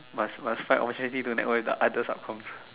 must must find opportunity to network with the other sub comm